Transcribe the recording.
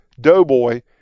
Doughboy